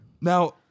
Now